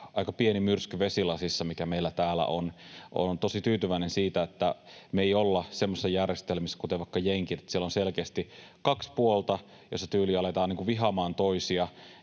aika pieni myrsky vesilasissa, mikä meillä täällä on. Olen tosi tyytyväinen siihen, että me ei olla semmoisissa järjestelmissä, kuten jenkit, että siellä on selkeästi kaksi puolta, joissa tyyliin aletaan vihaamaan toisia